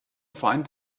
find